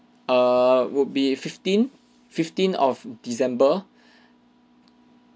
err would be fifteen fifteen of december